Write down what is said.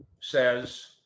says